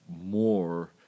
more